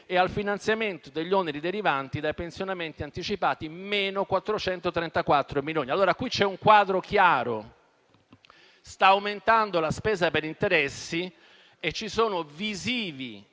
e al finanziamento degli oneri derivanti da pensionamenti anticipati (-434 milioni). Allora, qui c'è un quadro chiaro: sta aumentando la spesa per interessi e ci sono visibili